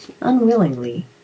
unwillingly